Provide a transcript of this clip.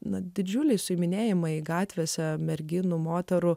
na didžiuliai suiminėjimai gatvėse merginų moterų